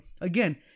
Again